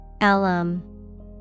alum